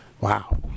Wow